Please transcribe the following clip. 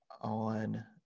on